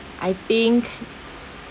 I think